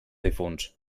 difunts